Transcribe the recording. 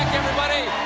everybody!